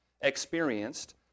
experienced